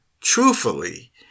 truthfully